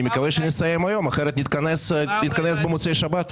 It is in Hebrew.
מקווה שנסיים היום אחרת נתכנס במוצאי שבת.